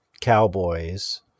Cowboys